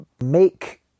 make